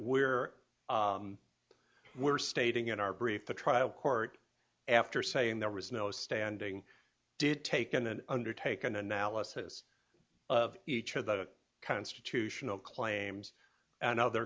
we're we're stating in our brief the trial court after saying there was no standing did taken an undertake an analysis of each of the constitutional claims and other